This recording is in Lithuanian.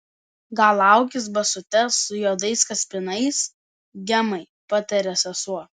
gal aukis basutes su juodais kaspinais gemai patarė sesuo